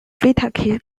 waitaki